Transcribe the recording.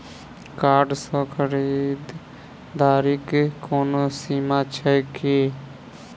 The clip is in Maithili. कार्ड सँ खरीददारीक कोनो सीमा छैक की?